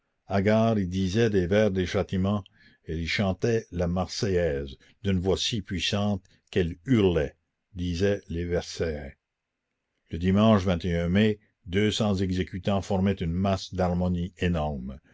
agar y disait des vers des châtiments elle y chantait la marseillaise d'une voix si puissante qu'elle hurlait disaient les versaillais le dimanche mai deux cents exécutants formaient une masse d'harmonie énorme